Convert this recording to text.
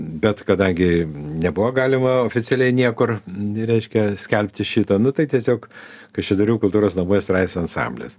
bet kadangi nebuvo galima oficialiai niekur reiškia skelbti šito nu tai tiesiog kaišiadorių kultūros namų estradinis ansamblis